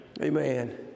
Amen